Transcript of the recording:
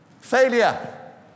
Failure